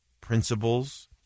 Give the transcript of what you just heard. principles